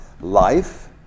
life